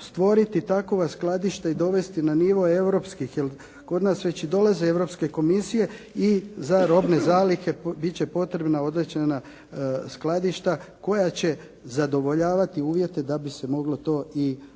stvoriti takva skladišta i dovesti na nivo europskih jer kod nas već i dolaze europske komisije i za robne zalihe biti će potrebna određena skladišta koja će zadovoljavati uvjete da bi se moglo to i održavati